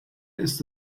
ist